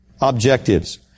objectives